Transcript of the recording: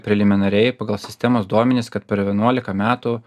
preliminariai pagal sistemos duomenis kad per vienuolika metų